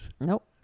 Nope